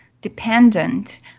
dependent